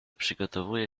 przygotowuję